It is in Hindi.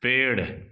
पेड़